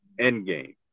Endgame